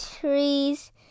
trees